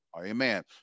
Amen